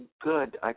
good